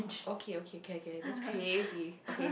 okay okay can can that's crazy okay